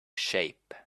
shape